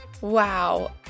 Wow